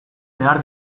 behar